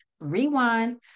rewind